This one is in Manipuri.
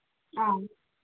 ꯑ